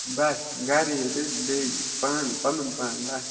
بَس گَرٕے یوٚت حظ بیٚیہِ پان پَنُن پان بَس